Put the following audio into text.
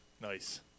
Nice